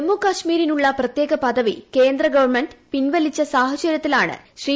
ജമ്മു കാശ്മീരിനുള്ള പ്രത്യേക പദവി കേന്ദ്രഗവൺമെന്റ് പിൻവലിച്ച സാഹചര്യത്തിലാണ് ശ്രീ